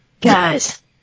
Guys